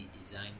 design